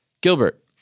Gilbert